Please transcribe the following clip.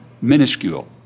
minuscule